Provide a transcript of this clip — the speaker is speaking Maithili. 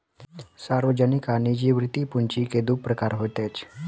सार्वजनिक आ निजी वृति पूंजी के दू प्रकार होइत अछि